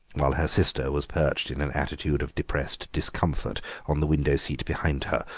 while her sister was perched in an attitude of depressed discomfort on the window-seat behind her,